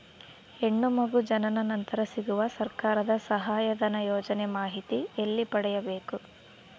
ಹೆಣ್ಣು ಮಗು ಜನನ ನಂತರ ಸಿಗುವ ಸರ್ಕಾರದ ಸಹಾಯಧನ ಯೋಜನೆ ಮಾಹಿತಿ ಎಲ್ಲಿ ಪಡೆಯಬೇಕು?